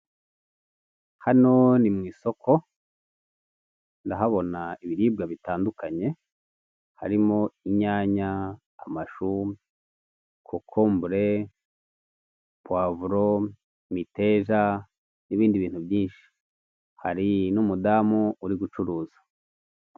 Hano ni mu isoko ndahabona ibiribwa bitandukanye harimo inyanya amashu, kokombure puwavuro, imiteja n'ibindi bintu byinshi hari n'umudamu uri gucuruza.